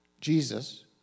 Jesus